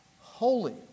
holy